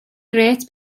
grêt